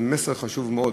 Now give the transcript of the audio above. זה מסר חשוב מאוד,